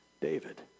David